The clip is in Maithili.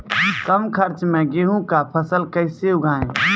कम खर्च मे गेहूँ का फसल कैसे उगाएं?